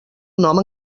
nom